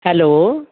hello